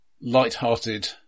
light-hearted